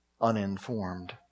uninformed